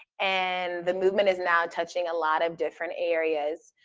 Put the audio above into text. and the movement is now touching a lot of different areas.